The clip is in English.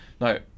No